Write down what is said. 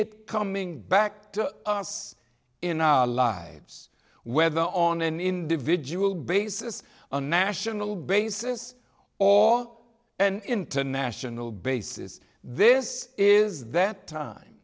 it coming back to us in our lives whether on an individual basis on a national basis or an international basis this is that time